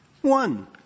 One